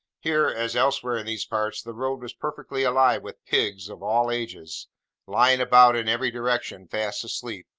here, as elsewhere in these parts, the road was perfectly alive with pigs of all ages lying about in every direction, fast asleep.